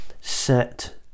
set